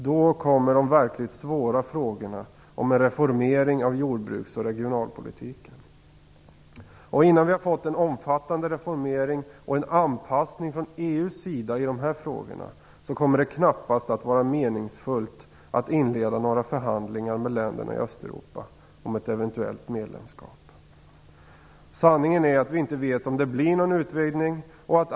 Då kommer de verkligt svåra frågorna om en reformering av jordbruks och regionalpolitiken. Innan vi fått en omfattande reformering och en anpassning från EU:s sida i de här frågorna så kommer det knappast att vara meningsfullt att inleda några förhandlingar med länderna i Österuropa om ett eventuellt medlemskap. Sanningen är att vi inte vet om det blir någon utvidgning.